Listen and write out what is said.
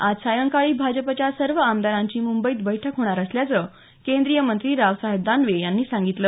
आज सायंकाळी भाजपच्या सर्व आमदारांची मुंबईत बैठक होणार असल्याचं केंद्रीय मंत्री रावसाहेब दानवे यांनी सांगितलं